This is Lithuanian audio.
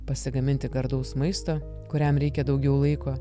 pasigaminti gardaus maisto kuriam reikia daugiau laiko